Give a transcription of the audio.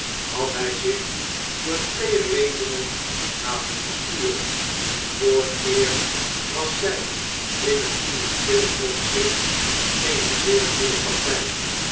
had hij zich door twee redenen laten besturen vooreerst was zij in een financieel opzicht eene zeer goede partij